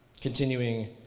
continuing